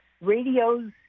radios